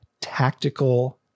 tactical